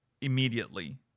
immediately